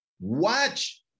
watch